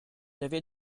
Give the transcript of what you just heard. aviez